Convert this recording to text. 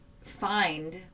find